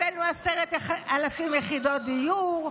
הבאנו 10,000 יחידות דיור.